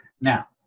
Now